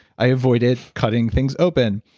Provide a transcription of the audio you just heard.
i avoided cutting things open.